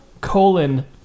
colon